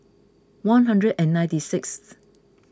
one hundred and ninety sixth